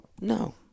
No